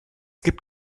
gibt